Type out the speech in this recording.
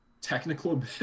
technical